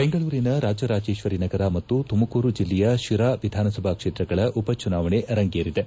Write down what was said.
ಬೆಂಗಳೂರಿನ ರಾಜರಾಜೇಶ್ವರಿನಗರ ಮತ್ತು ತುಮಕೂರು ಜಿಲ್ಲೆಯ ಶಿರಾ ವಿಧಾನಸಭಾ ಕ್ಷೇತ್ರಗಳ ಉಪಚುನಾವಣೆ ರಂಗೇರಿದೆ